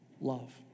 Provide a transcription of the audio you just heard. love